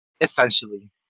Essentially